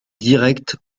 directs